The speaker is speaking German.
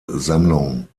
sammlung